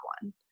one